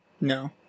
no